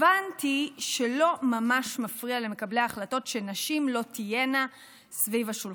הבנתי שלא ממש מפריע למקבלי ההחלטות שנשים לא תהיינה סביב השולחן.